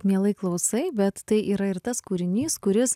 mielai klausai bet tai yra ir tas kūrinys kuris